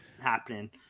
happening